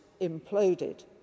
imploded